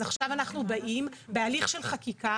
אז עכשיו אנחנו באים בהליך של חקיקה,